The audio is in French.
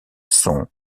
sont